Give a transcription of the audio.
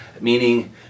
meaning